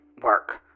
work